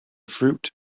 fruit